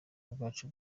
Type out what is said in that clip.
bwacu